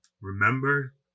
Remember